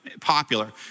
popular